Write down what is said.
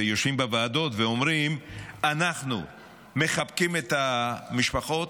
ויושבים בוועדות ואומרים: אנחנו מחבקים את המשפחות,